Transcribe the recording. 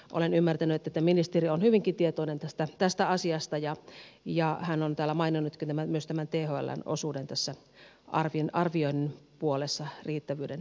olen ymmärtänyt että ministeri on hyvinkin tietoinen tästä asiasta ja hän on täällä maininnutkin myös tämän thln osuuden tässä arvioinnin puolessa paikkamäärän riittävyyden suhteen